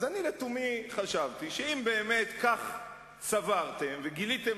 לתומי חשבתי שאם באמת כך סברתם וגיליתם